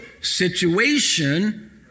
situation